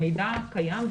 המידע קיים,